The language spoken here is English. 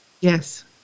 Yes